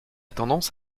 tendance